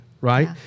right